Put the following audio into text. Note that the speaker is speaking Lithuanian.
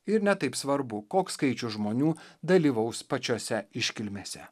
ir ne taip svarbu koks skaičius žmonių dalyvaus pačiose iškilmėse